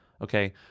Okay